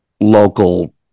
local